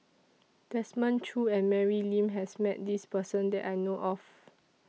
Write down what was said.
Desmond Choo and Mary Lim has Met This Person that I know of